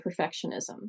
perfectionism